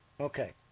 Okay